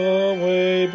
away